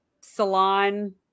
salon